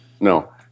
No